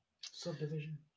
Subdivision